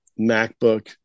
MacBook